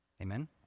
Amen